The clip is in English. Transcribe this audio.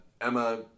Emma